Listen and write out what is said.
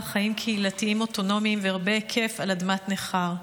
חיים קהילתיים אוטונומיים ורבי היקף על אדמת ניכר,